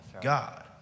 God